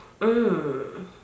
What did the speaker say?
Mmm